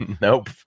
nope